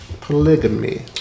polygamy